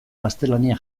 gaztelania